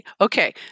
Okay